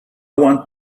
want